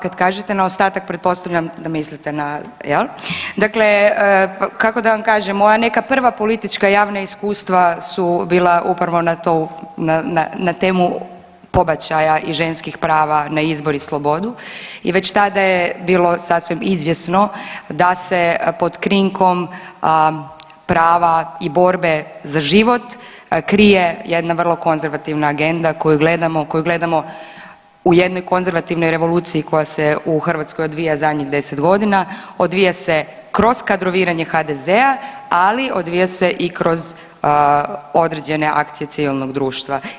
Kad kažete na ostatak, pretpostavljam da mislite na jel, dakle kako da vam kažem moja neka prva politička javna iskustva su bila upravo na temu pobačaja i ženskih prava na izbor i slobodu i već tada je bilo sasvim izvjesno da se pod krinkom prava i borbe za život krije jedna vrlo konzervativna agenda koju gledamo, koju gledamo u jednoj konzervativnoj revoluciji koja se u Hrvatskoj odvija zadnjih 10 godina, odvija se kroz kadroviranje HDZ-a, ali odvija se i kroz određene akcije civilnog društva.